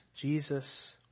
Jesus